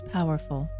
Powerful